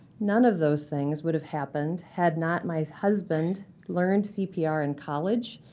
none of those things would have happened had not my husband learned cpr in college,